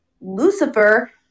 lucifer